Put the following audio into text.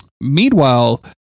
meanwhile